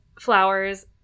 flowers